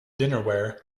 dinnerware